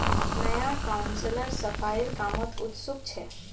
नया काउंसलर सफाईर कामत उत्सुक छ